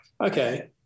okay